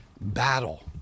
battle